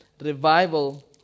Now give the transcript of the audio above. Revival